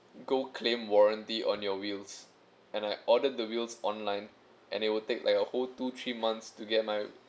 go claim warranty on your wheels and I ordered the wheels online and it will take like a whole two three months to get my